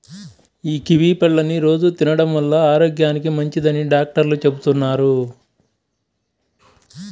యీ కివీ పళ్ళని రోజూ తినడం వల్ల ఆరోగ్యానికి మంచిదని డాక్టర్లు చెబుతున్నారు